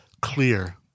clear